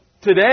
today